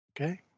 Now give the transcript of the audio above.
okay